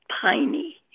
tiny